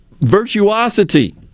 virtuosity